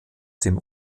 dem